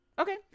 Okay